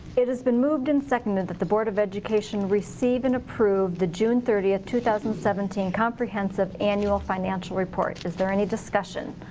it has been moved and seconded that the board of education receive and approve the june thirtieth, two thousand and seventeen comprehensive annual financial report. is there any discussion?